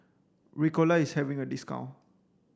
ricola is having a discount